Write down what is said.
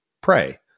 pray